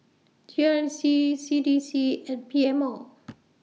G R C C D C and P M O